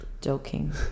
joking